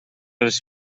les